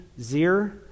Zir